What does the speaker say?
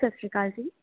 ਸਤਿ ਸ਼੍ਰੀ ਅਕਾਲ ਜੀ